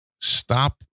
stop